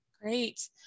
Great